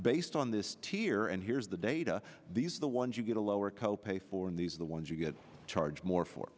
based on this tier and here's the data these are the ones you get a lower co pay for and these are the ones you get charged more